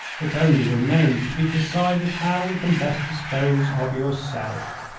it only remains to be decided how we can best dispose of yourself.